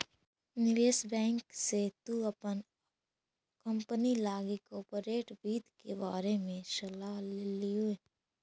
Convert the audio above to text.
निवेश बैंक से तु अपन कंपनी लागी कॉर्पोरेट वित्त के बारे में सलाह ले लियहू